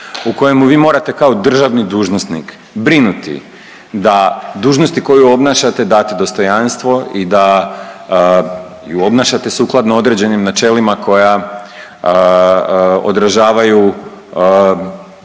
u kojemu vi morate kao državni dužnosnik brinuti da dužnosti koju obnašate, date dostojanstvo i da ju obnašate sukladno određenim načelima koja odražavaju,